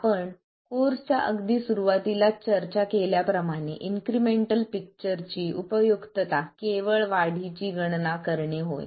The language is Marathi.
आपण कोर्सच्या अगदी सुरुवातीलाच चर्चा केल्याप्रमाणे इन्क्रिमेंटल पिक्चर ची उपयुक्तता केवळ वाढीची गणना करणे होय